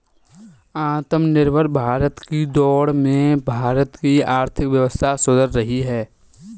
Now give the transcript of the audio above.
आत्मनिर्भर भारत की दौड़ में भारत की आर्थिक व्यवस्था सुधर रही है